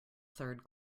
third